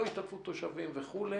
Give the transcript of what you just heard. לא השתתפות תושבים וכו'.